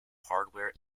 hardware